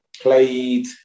played